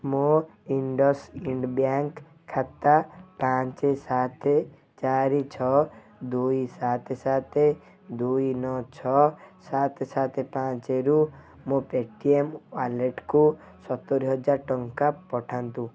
ମୋ IndusInd bank ଖାତା ପାଞ୍ଚ ସାତ ଚାରି ଛଅ ଦୁଇ ସାତ ସାତ ଦୁଇ ନଅ ଛଅ ସାତ ସାତ ପାଞ୍ଚରୁ ମୋ ପେଟିଏମ୍ ୱାଲେଟକୁ ସତୁରୀହଜାର ଟଙ୍କା ପଠାନ୍ତୁ